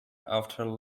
after